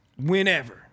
Whenever